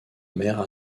mer